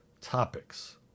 topics